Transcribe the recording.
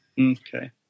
Okay